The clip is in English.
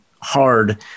hard